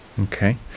Okay